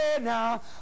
now